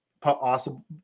possible